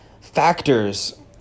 factors